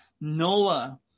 Noah